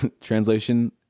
Translation